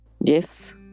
Yes